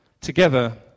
Together